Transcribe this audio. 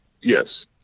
yes